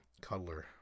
cuddler